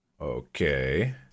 okay